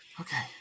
okay